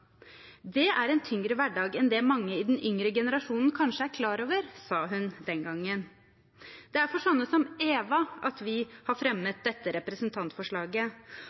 Det er en tyngre hverdag enn det mange i den yngre generasjonen kanskje er klar over, sa hun den gangen. Det er for sånne som Eva at vi har fremmet dette representantforslaget